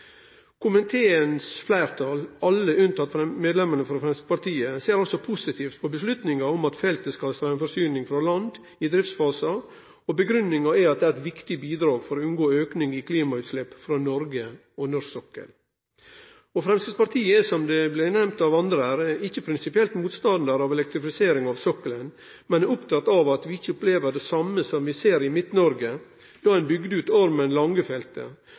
Komiteens fleirtal, alle unnteke medlemmene frå Framstegspartiet, ser positivt på avgjerda om at feltet skal ha straumforsyning frå land i driftsfasen, og grunngivinga er at det er eit viktig bidrag for å unngå ei auke i klimautslepp frå Noreg og norsk sokkel. Framstegspartiet er, som det er blitt nemnt av andre, ikkje prinsipielt motstandar av elektrifisering av sokkelen, men er oppteke av at vi ikkje opplever det same som ein ser i Midt-Noreg, då ein bygde ut Ormen